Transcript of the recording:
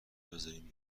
بذارین